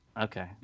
Okay